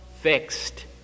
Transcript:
fixed